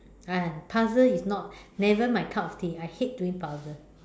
ah puzzle is not never my cup of tea I hate doing puzzle